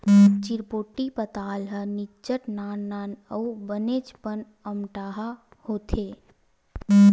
चिरपोटी पताल ह निच्चट नान नान अउ बनेचपन अम्मटहा होथे